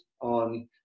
on